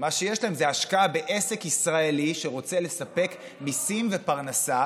מה שיש להם זה השקעה בעסק ישראלי שרוצה לספק מיסים ופרנסה